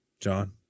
john